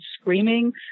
screaming